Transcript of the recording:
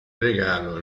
regalo